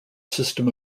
system